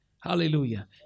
Hallelujah